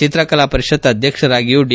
ಚಿತ್ರಕಲಾ ಪರಿಷತ್ ಅದ್ವಕ್ಷರಾಗಿಯೂ ಡಿ